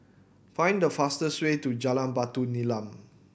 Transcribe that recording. find the fastest way to Jalan Batu Nilam